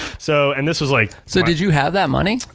so and this was like. so did you have that money?